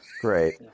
Great